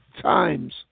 times